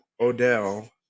odell